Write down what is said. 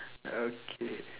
okay